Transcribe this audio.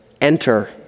Enter